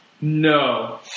No